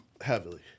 heavily